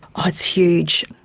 ah it's huge.